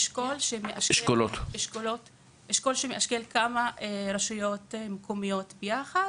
האשכול מאגד כמה רשויות ביחד